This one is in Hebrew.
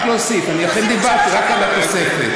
רק להוסיף, תוסיפו שלוש עבירות.